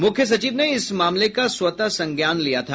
मुख्य सचिव ने इस मामले का स्वतः संज्ञान लिया था